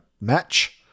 match